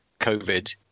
COVID